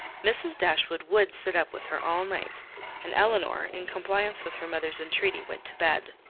mrs. dashwood would sit up with her all night and elinor, in compliance with her mother's entreaty, went to bed.